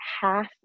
half